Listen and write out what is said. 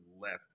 left